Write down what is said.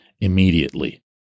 immediately